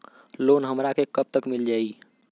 Loan हमरा के कब तक मिल जाई?